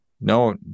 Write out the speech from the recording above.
no